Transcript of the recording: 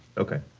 okay.